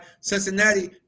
Cincinnati